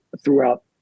throughout